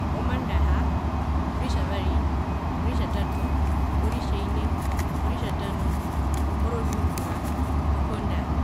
Omandaha, oritjavari, oritjatatu, oritjaine, oritjatano, oroviungura, osondaha.